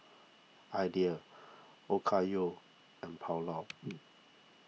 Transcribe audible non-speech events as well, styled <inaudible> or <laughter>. Ideal Okayu and Pulao <noise>